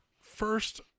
first